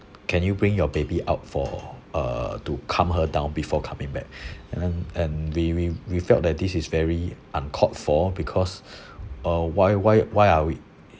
can you bring your baby out for uh to calm her down before coming back and and we we felt that this is very uncalled for because uh why why why are we